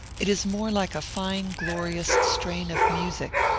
it is more like a fine glorious strain of music.